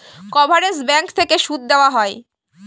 coverage bank থেকে সুদ দেওয়া হয়